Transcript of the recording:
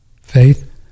faith